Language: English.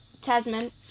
Tasman